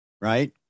Right